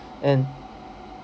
and